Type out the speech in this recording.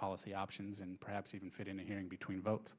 policy options and perhaps even fit in here in between votes